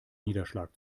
niederschlag